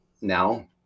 now